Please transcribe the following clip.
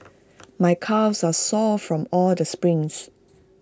my calves are sore from all the sprints